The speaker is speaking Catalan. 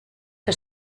que